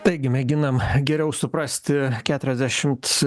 taigi mėginam geriau suprasti keturiasdešimt